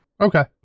Okay